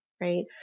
right